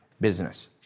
business